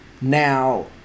now